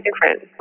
different